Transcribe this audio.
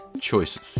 choices